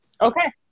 okay